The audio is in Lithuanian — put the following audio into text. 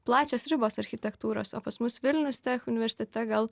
plačios ribos architektūros o pas mus vilnius tech universitete gal